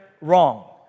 wrong